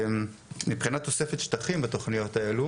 מבחינת תוספת שטחים בתוכניות האלו,